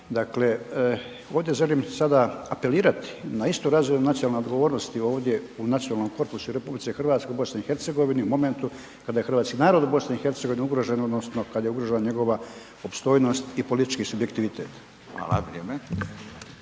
Dakle, ovdje želim sada apelirati na istu razinu nacionalne odgovornosti ovdje u nacionalnom korpusu RH, BiH, u momentu kada je hrvatski narod u BiH ugrožen odnosno kada je ugrožena njegova opstojnost i politički subjektivitet. **Radin,